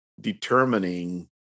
determining